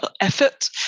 effort